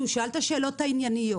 שהוא שאל את השאלות הענייניות,